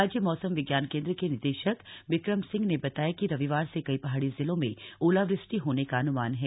राज्य मौसम विज्ञान केंद्र के निदेशक बिक्रम सिंह ने बताया कि रविवार से कई पहाड़ी जिलों में ओलावृष्टि होने का अनुमान है